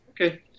Okay